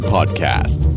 Podcast